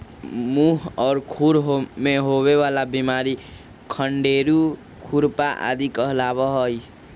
मुह और खुर में होवे वाला बिमारी खंडेरू, खुरपा आदि कहलावा हई